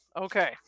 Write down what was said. Okay